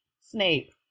Snape